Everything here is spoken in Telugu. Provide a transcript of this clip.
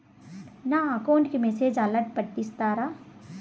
నా అకౌంట్ కి మెసేజ్ అలర్ట్ పెట్టిస్తారా